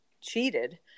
cheated